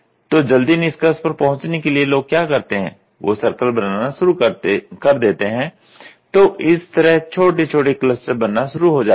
तो जल्दी निष्कर्ष पर पहुंचने के लिए लोग क्या करते हैं वो सर्कल बनाना शुरू करते देते हैं तो इस तरह छोटे छोटे क्लस्टर बनना शुरू हो जाते हैं